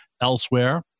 elsewhere